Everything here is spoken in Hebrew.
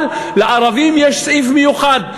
לערבים יש סעיף מיוחד,